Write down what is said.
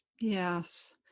Yes